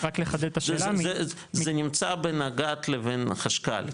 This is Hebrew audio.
זה נמצא בין הגהת לבין החשכ"ל,